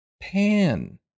Pan